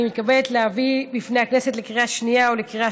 אני מתכבדת להביא לפני הכנסת לקריאה שנייה ולקריאה